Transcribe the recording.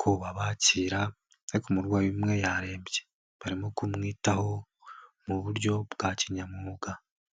ko babakira ariko umurwayi umwe yarembye barimo kumwitaho mu buryo bwa kinyamwuga.